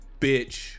Bitch